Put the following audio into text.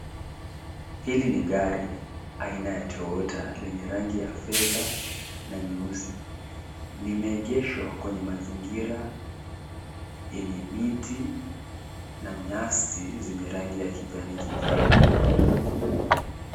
Hili ni gari aina ya toyota lenye rangi ya fedha na nyeusi. Limeegeshwa kwenye mazingira yenye miti na nyasi zenye rangi ya kijani kijivu.